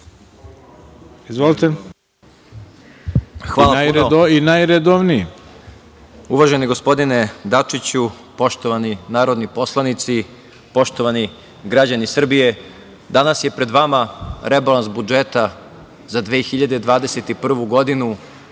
Mali** Hvala puno. Uvaženi gospodine, Dačiću, poštovani narodni poslanici, poštovani građani Srbije, danas je pred vama rebalans budžeta za 2021. godinu